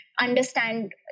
understand